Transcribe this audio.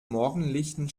morgendlichen